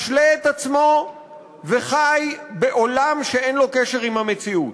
משלה את עצמו וחי בעולם שאין לו קשר עם המציאות.